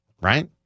Right